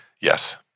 Yes